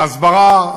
ההסברה,